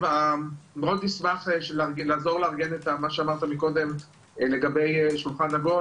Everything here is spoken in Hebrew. אני מאוד אשמח לעזור לארגן את מה שאמרת לגבי שולחן עגול,